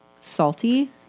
salty